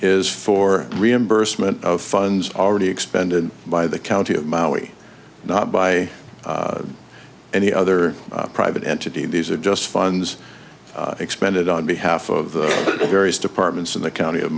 is for reimbursement of funds already expended by the county of maui not by any other private entity these are just funds expended on behalf of the various departments in the county of